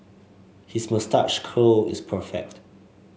his moustache curl is perfect